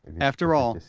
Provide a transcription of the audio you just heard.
after all,